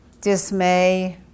dismay